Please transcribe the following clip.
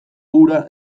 ura